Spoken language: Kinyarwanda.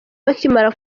bakimara